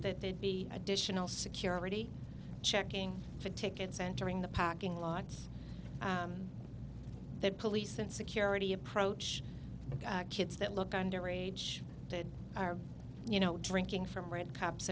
that they'd be additional security checking for tickets entering the packing lots that police and security approach kits that look under age that are you know drinking from red cups